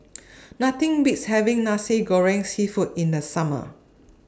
Nothing Beats having Nasi Goreng Seafood in The Summer